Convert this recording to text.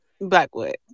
blackwood